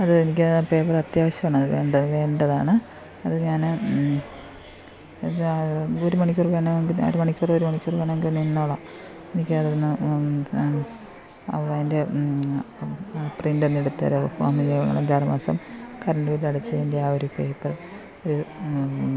അത് എനിക്ക് ആ പേപ്പറ് അത്യാവശ്യമാണ് അതുകൊണ്ടത് വേണ്ടതാണ് അത് ഞാൻ ഒരു മണിക്കൂർ വേണമെങ്കിൽ അര മണിക്കൂർ ഒരു മണിക്കൂർ വേണമെങ്കിൽ നിന്നുകൊളളാം നിൽക്കാതിരുന്നാൽ അപ്പോൾ അതിൻ്റെ പ്രിൻ്റൊന്നെടുത്ത് തരാമോ ഫാമിലി അഞ്ചാറ് മാസം കറണ്ട് ബില്ലടച്ചതിൻ്റെ ആ ഒരു പേപ്പറ്